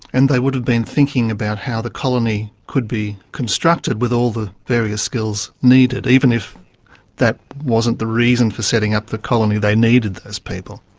and they would have been thinking about how the colony could be constructed with all the various skills needed, even if that wasn't the reason for setting up the colony, they needed those people.